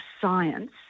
science